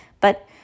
But